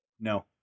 No